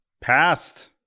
Passed